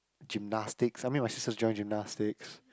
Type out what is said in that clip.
gymnastics I mean my sisters joined gymnastics